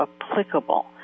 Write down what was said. applicable